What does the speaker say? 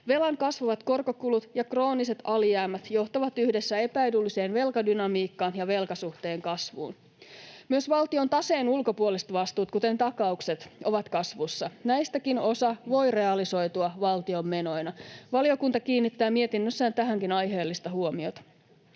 Velan kasvavat korkokulut ja krooniset alijäämät johtavat yhdessä epäedulliseen velkadynamiikkaan ja velkasuhteen kasvuun. Myös valtion taseen ulkopuoliset vastuut, kuten takaukset, ovat kasvussa. Näistäkin osa voi realisoitua valtion menoina. Valiokunta kiinnittää mietinnössään tähänkin aiheellista huomiota.